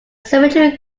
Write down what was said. symmetry